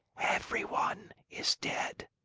everyone is dead.